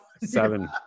Seven